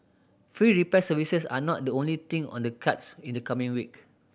free repair services are not the only thing on the cards in the coming week